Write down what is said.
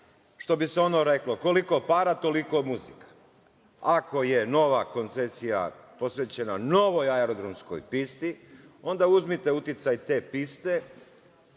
što bi se reklo, koliko para – toliko muzike. Ako je nova koncesija posvećena novoj aerodromskoj pisti, onda uzmite uticaj te piste